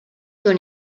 con